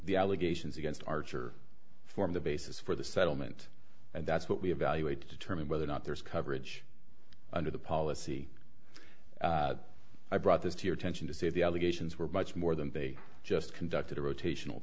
the allegations against archer form the basis for the settlement and that's what we have valuate to determine whether or not there is coverage under the policy i brought this to your attention to say the allegations were much more than just conducted a rotation